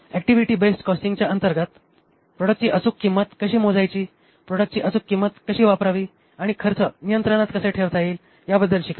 activity based कॉस्टिंगचा अंतर्गत प्रॉडक्टची अचूक किंमत कशी मोजायची प्रॉडक्टची अचूक किंमत कशी वापरावी आणि खर्च नियंत्रणात कसे ठेवता येईल याबद्दल शिकलो